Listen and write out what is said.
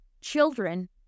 Children